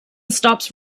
stops